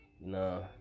No